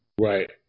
Right